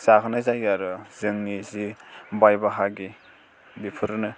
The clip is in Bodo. जाहोनाय जायो आरो जोंनि जि बाय बाहागि बेफोरनो